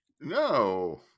No